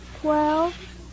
twelve